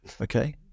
Okay